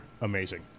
amazing